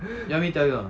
you want me tell you not